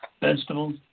vegetables